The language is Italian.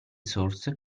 source